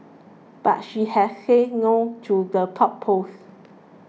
but she has said no to the top post